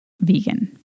vegan